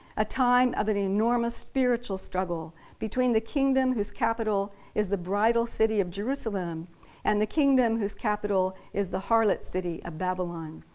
a time of an enormous spiritual struggle between the kingdom whose capital is the bridal city of jerusalem and the kingdom whose capital is the harlot city of babylon.